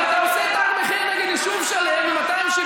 מה זה שייך לציוץ שלך?